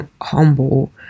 humble